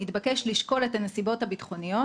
התבקש לשקול את הנסיבות הביטחוניות.